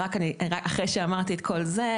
ואחרי שאמרתי את כל זה,